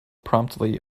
promptly